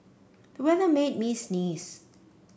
the weather made me sneeze